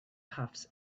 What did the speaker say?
puffs